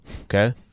Okay